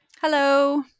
Hello